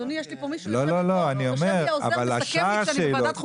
אדוני, יושב פה העוזר, מסכם לי כשאני בוועדת חוקה.